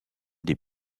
des